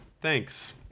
thanks